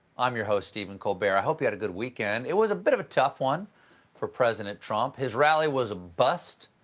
i'm your host stephen colbert. hope you had a great weekend. it was a bit of a tough one for president trump. his rally was a bust.